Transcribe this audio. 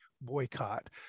boycott